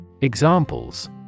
Examples